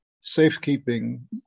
safekeeping